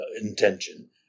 intention